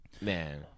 Man